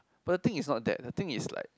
but the thing is not that the thing is like